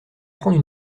prendre